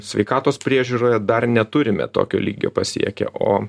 sveikatos priežiūroje dar neturime tokio lygio pasiekę o